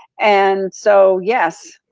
and so yes,